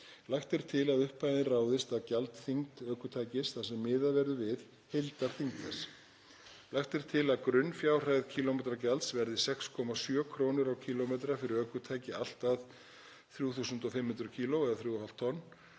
Lagt er til að upphæðin ráðist af gjaldþyngd ökutækis þar sem miðað verður við heildarþyngd þess. Lagt er til að grunnfjárhæð kílómetragjalds verði 6,7 kr. á kílómetra fyrir ökutæki allt að 3.500 kíló, eða 3,5 tonn,